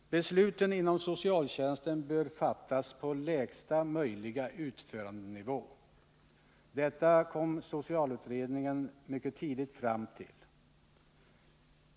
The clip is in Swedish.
Besluten inom socialtjänsten bör fattas på lägsta möjliga utförandenivå. Detta kom socialutredningen mycket tidigt fram till.